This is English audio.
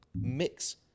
mix